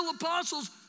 apostles